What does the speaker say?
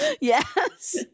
Yes